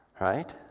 Right